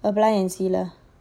apply and see lah